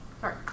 Sorry